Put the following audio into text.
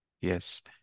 Yes